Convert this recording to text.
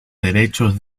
derechos